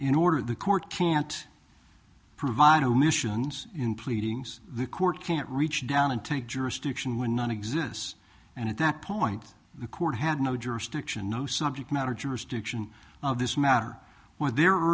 in order the court can't provide omissions in pleadings the court can't reach down and take jurisdiction when none exists and at that point the court had no jurisdiction no subject matter jurisdiction of this matter where they're